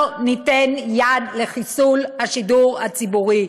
לא ניתן יד לחיסול השידור הציבורי.